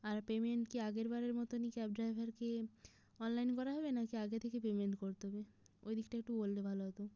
আর payment কি আগের বারের মতোনই ক্যাব ড্রাইভারকে অনলাইন করা হবে নাকি আগে থেকে পেমেন্ট করতে হবে ওই দিকটা একটু বললে ভালো হতো